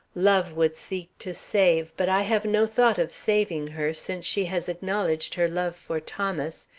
love would seek to save, but i have no thought of saving her, since she has acknowledged her love for thomas,